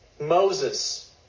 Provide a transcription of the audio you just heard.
Moses